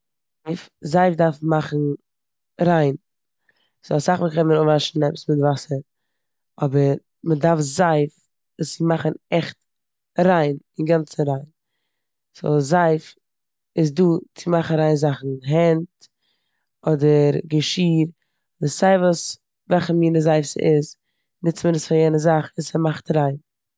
זייף דארף מאכן ריין סאו אסאך מאל קען מען אפוואשן עפעס מיט וואסער אבער מ'דארף זייף עס צו מאכן עכט ריין, אינגאנצן ריין. סאו זייף איז דא צו מאכן ריין זאכן. הענט אדער געשיר אדער סיי וואס- וועלכע מינע זייף ס'איז נוצט מען עס פאר יענע זאך און ס'מאכט ריין.